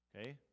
Okay